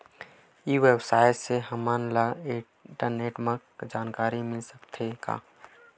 ई व्यवसाय से हमन ला इंटरनेट मा जानकारी मिल सकथे का?